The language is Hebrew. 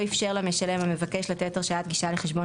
אפשר למשלם המבקש לתת הרשאת גישה לחשבון,